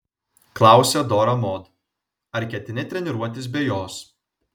klausia dora mod ar ketini treniruotis be jos